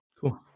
Cool